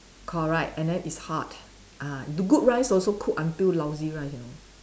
correct and then it's hard ah the good rice also cook until lousy rice you know